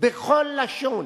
בכל לשון.